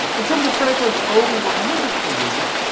in terms of franklin's own religious beliefs,